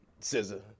Scissor